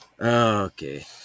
Okay